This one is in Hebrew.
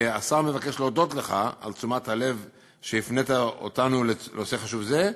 השר מבקש להודות לך על שהפנית את תשומת לבנו לנושא חשוב זה.